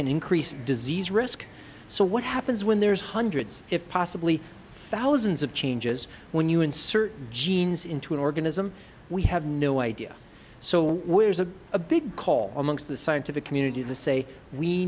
can increase disease risk so what happens when there's hundreds if possibly thousands of changes when you insert genes into an organism we have no idea so where's a a big call amongst the scientific community the say we